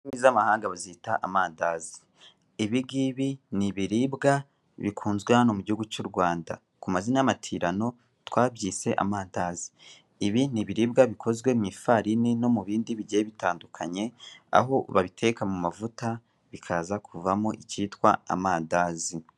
Mu ndimi z'amahanga bazita amandazi, ibingibi ni ibiribwa bikunzwe hano mu gihugu cy'u Rwanda, ku mazina y'amatirano twabyise amandazi. Ibi ni ibiribwa bikozwe mu ifarini no mu bindi bigiye bitandukanye, aho babiteka mu mavuta bikaza kuvamo icyitwa amandazi.